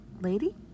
lady